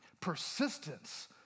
Persistence